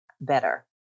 better